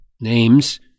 names